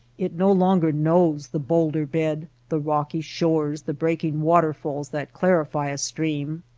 it no longer knows the bowlder bed, the rocky shores, the breaking waterfalls that clarify a stream.